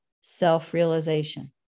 self-realization